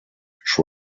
which